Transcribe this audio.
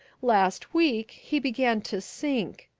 last week he began to sink.